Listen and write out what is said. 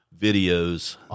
videos